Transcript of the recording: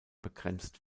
begrenzt